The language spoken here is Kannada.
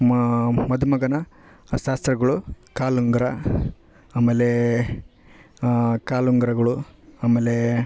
ಮಾ ಮದುಮಗನ ಶಾಸ್ತ್ರಗಳು ಕಾಲುಂಗುರ ಆಮೇಲೆ ಕಾಲುಂಗುರಗಳು ಆಮೇಲೆ